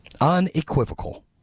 unequivocal